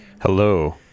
Hello